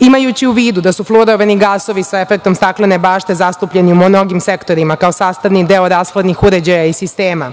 Imajući u vidu da su fluorovani gasovi sa efektom staklene bašte zastupljeni u mnogim sektorima, kao sastavni deo rashladnih uređaja i sistema,